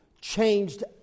changed